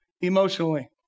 emotionally